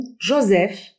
Joseph